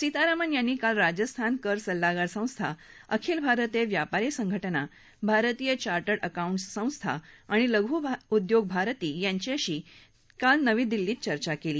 सीतारामन यांनी काल राजस्थान कर सल्लागार संस्था अखिल भारतीय व्यापारी संघटना भारतीय चार्टर्ड अकाउंटंटस् संस्था आणि लघू उद्योग भारती यांच्याशी सीतारामन यांनी काल नवी दिल्लीत चर्चा केली